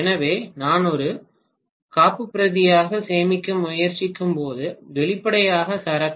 எனவே நான் ஒரு காப்புப்பிரதியாக சேமிக்க முயற்சிக்கும்போது வெளிப்படையாக சரக்கு